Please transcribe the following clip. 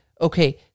okay